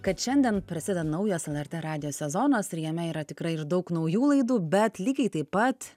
kad šiandien prasideda naujas lrt radijo sezonas ir jame yra tikrai ir daug naujų laidų bet lygiai taip pat